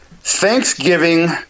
Thanksgiving